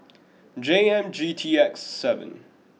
J M G T X seven